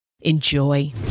enjoy